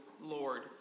Lord